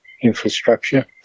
infrastructure